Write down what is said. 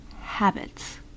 habits